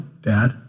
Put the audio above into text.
Dad